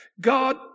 God